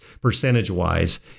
percentage-wise